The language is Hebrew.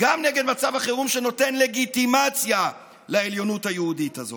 וגם נגד מצב החירום שנותן לגיטימציה לעליונות היהודית הזאת.